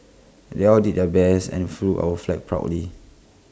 they all did their best and flew our flag proudly